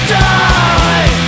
die